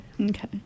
Okay